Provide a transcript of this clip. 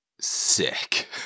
sick